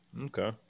Okay